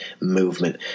movement